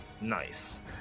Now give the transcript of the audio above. Nice